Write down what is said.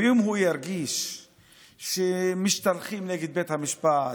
ואם הוא ירגיש שמשתלחים בבית המשפט,